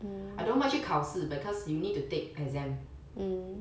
I don't mind 去考试 because you need to take exam